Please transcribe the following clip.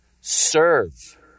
Serve